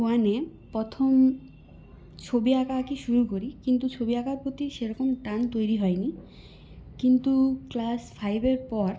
ওয়ানে প্রথম ছবি আঁকাআঁকি শুরু করি কিন্তু ছবি আঁকার প্রতি সেরকম টান তৈরি হয়নি কিন্তু ক্লাস ফাইভের পর